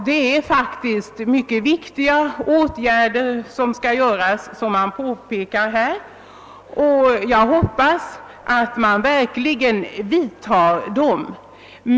Det är mycket viktiga åtgärder det här gäller, och jag hoppas att myndigheterna verkligen vidtar sådana åtgärder.